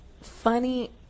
Funny